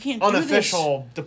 unofficial